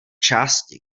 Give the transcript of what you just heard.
části